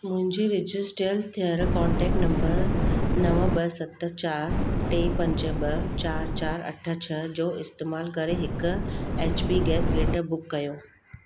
मुंहिंजे रजिसट्रियल थियलु कॉन्टेक्ट नंबर नव ॿ सत चार टे पंज ॿ चार चार अठ छह जो इस्तेमालु करे हिक H P gas cylinder book कयो